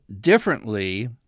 differently